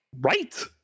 Right